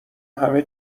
همه